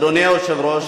אדוני היושב-ראש,